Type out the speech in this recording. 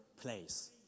place